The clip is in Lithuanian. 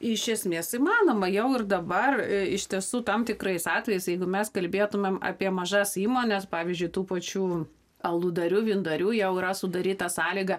iš esmės įmanoma jau ir dabar iš tiesų tam tikrais atvejais jeigu mes kalbėtumėm apie mažas įmones pavyzdžiui tų pačių aludarių vyndarių jau yra sudaryta sąlyga